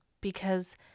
because-